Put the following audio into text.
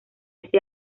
ese